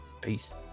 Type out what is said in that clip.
peace